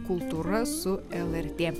kultūra su lrt